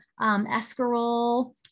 escarole